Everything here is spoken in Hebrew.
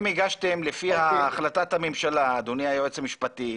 לפי החלטת הממשלה, אדוני היועץ המשפטי,